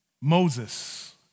Moses